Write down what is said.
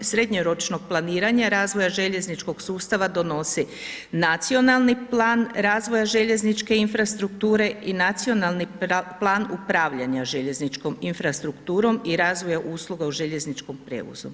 srednjoročnog planiranja, razvoja željezničkog sustava donosi nacionalni plan razvoja željezničke infrastrukture i nacionalni plan upravljanja željezničkom infrastrukturom i razvoja usluga željezničkom prijevozu.